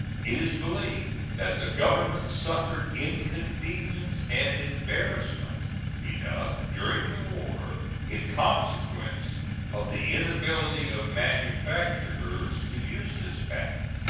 it is believed that the government suffered inconvenience and embarrassment enough during the war in consequence of the inability of manufacturers to use this patent,